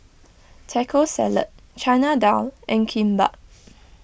Taco Salad Chana Dal and Kimbap